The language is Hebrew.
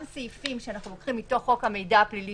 סעיפים שאנחנו לוקחים מתוך חוק המידע הפלילי